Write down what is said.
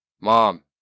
mom